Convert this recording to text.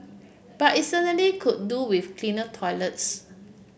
but it certainly could do with cleaner toilets